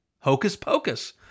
hocus-pocus